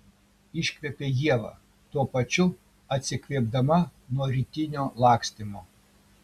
iškvepia ieva tuo pačiu atsikvėpdama nuo rytinio lakstymo